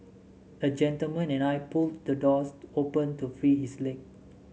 a gentleman and I pulled the doors open to free his leg